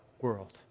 world